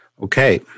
Okay